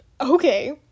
okay